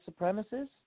supremacists